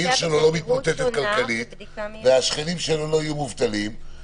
העיר שלו לא מתמוטטת כלכלית והשכנים שלו לא יהיו מובטלים,